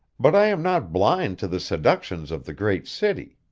but i am not blind to the seductions of the great city.